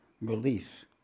relief